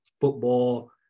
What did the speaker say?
football